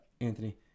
Anthony